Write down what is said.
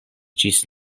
ĝis